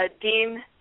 Dean